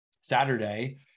Saturday